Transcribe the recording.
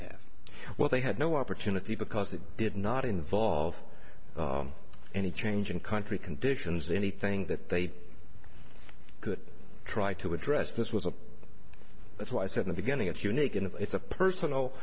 today well they had no opportunity because they did not involve any change in country conditions anything that they could try to address this was a that's why i said the beginning it's unique and if it's a personal